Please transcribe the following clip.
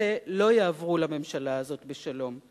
אלה לא יעברו לממשלה הזאת בשלום.